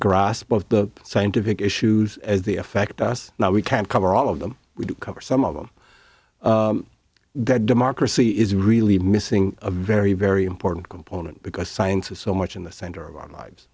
grasp of the scientific issues as they affect us now we can't cover all of them we cover some of them that democracy is really missing a very very important component because science is so much in the center of our lives